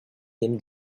him